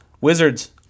Wizards